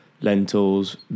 lentils